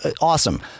awesome